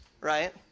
right